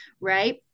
right